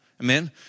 Amen